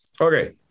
Okay